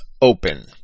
open